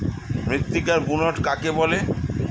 মৃত্তিকার বুনট কাকে বলে?